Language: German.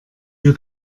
wir